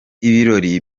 ibirori